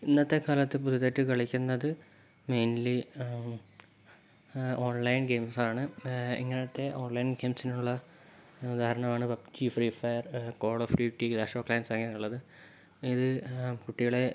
ഇന്നത്തെക്കാലത്ത് പുതുതായിട്ട് കളിക്കുന്നത് മെയിൻലി ഓൺലൈൻ ഗൈയിംസാണ് ഇങ്ങനത്തെ ഓൺലൈൻ ഗെയിംസിനുള്ള ഉദാഹരണമാണ് PUBG Free Fire Call of Duty Clash of Clans അങ്ങനെയുള്ളത് ഇത് കുട്ടികളെ